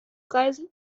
reisen